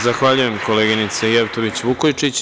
Zahvaljujem, koleginice Jevtović Vukojičić.